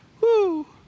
Woo